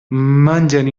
mengen